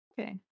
Okay